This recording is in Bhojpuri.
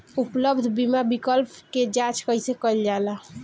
उपलब्ध बीमा विकल्प क जांच कैसे कइल जाला?